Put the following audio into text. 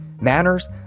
Manners